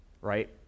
right